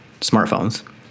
smartphones